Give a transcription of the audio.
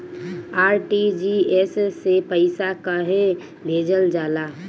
RTGS से पइसा कहे भेजल जाला?